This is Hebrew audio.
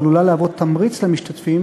והיא עלולה להוות תמריץ למשתתפים